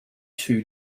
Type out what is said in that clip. two